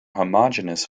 homogeneous